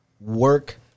work